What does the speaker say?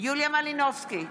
יוליה מלינובסקי,